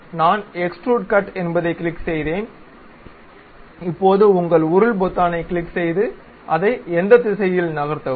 எனவே நான் extrude cut என்பதைக் கிளிக் செய்தேன் இப்போது உங்கள் உருள் பொத்தானைக் கிளிக் செய்து அதை அந்த திசையில் நகர்த்தவும்